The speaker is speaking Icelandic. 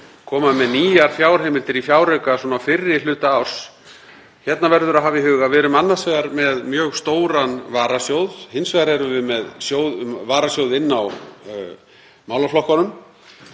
koma með nýjar fjárheimildir í fjárauka á fyrri hluta árs. Hér verður að hafa í huga að við erum annars vegar með mjög stóran varasjóð og hins vegar erum við með varasjóð inn á málaflokkunum.